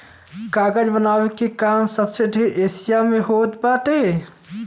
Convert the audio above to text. कागज बनावे के काम सबसे ढेर एशिया में होत बाटे